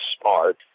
Smart